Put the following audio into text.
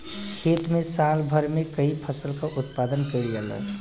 खेत में साल भर में कई फसल क उत्पादन कईल जाला